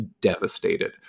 devastated